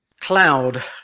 Cloud